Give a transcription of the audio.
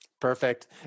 Perfect